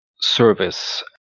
service